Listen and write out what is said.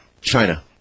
China